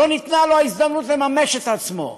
לא ניתנה לו ההזדמנות, חלילה, לממש את עצמו.